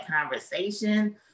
conversation